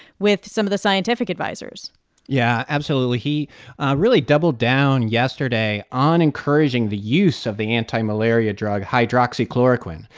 with some of the scientific advisers yeah, absolutely. he really doubled down yesterday on encouraging the use of the anti-malaria drug hydroxychloroquine,